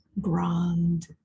grand